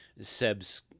Seb's